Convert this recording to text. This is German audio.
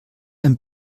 ein